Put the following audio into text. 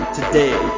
Today